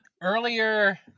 Earlier